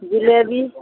jalebi